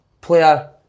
player